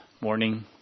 morning